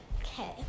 okay